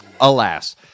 alas